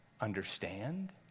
understand